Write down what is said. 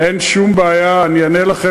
אין שום בעיה, אני אענה לכם.